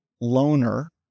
loner